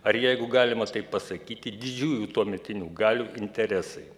ar jeigu galima taip pasakyti didžiųjų tuometinių galių interesai